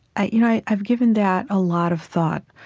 ah you know i've given that a lot of thought.